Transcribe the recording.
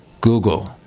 Google